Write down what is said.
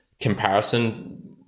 comparison